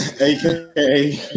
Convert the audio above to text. aka